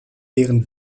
deren